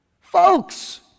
Folks